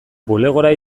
bulegora